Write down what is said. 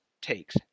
takes